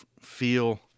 feel